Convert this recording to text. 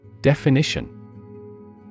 Definition